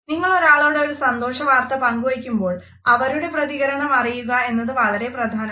നിങ്ങൾ ഒരാളോട് ഒരു സന്തോഷ വാർത്ത പങ്കുവയ്ക്കുമ്പോൾ അവരുടെ പ്രതികരണം അറിയുക എന്നത് വളരെ പ്രധാനമാണ്